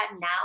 now